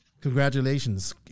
congratulations